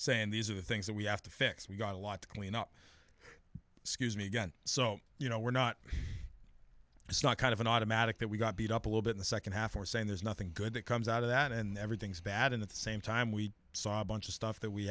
saying these are the things that we have to fix we've got a lot to clean up scuse me again so you know we're not it's not kind of an automatic that we got beat up a little bit in the second half or saying there's nothing good that comes out of that and everything's bad in the same time we saw a bunch of stuff that we